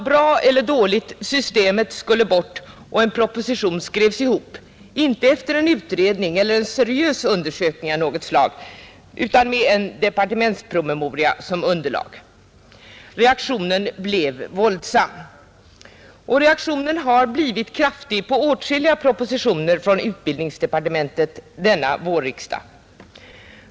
Bra eller dåligt — systemet skulle bort, och en proposition skrevs ihop, inte efter en utredning eller en seriös undersökning av något slag utan med en departementspromemoria som underlag. Reaktionen blev våldsam — och reaktionen har blivit kraftig på åtskilliga propositioner från utbildningsdepartementet denna vårriksdag.